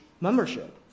membership